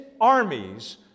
armies